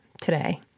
today